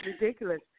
ridiculous